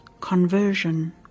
conversion